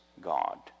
God